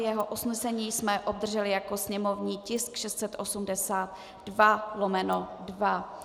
Jeho usnesení jsme obdrželi jako sněmovní tisk 682/2.